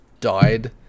died